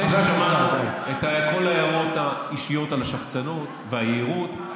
אחרי ששמעתי את כל ההערות האישיות על השחצנות והיהירות,